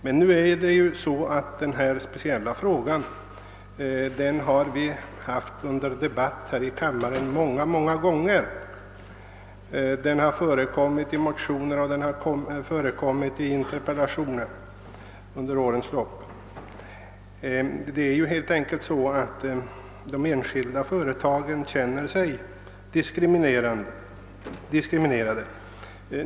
Men denna speciella fråga har vi ju haft under debatt här i kammaren många gånger — den har aktualiserats i både motioner och interpellationer under årens lopp. Det är helt enkelt så att de enskilda företagen känner sig diskriminerade.